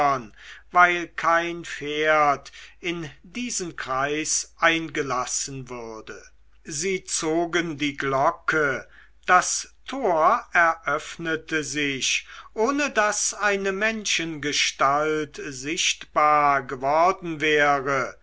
weil kein pferd in diesen kreis eingelassen würde sie zogen die glocke das tor eröffnete sich ohne daß eine menschengestalt sichtbar geworden wäre